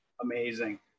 amazing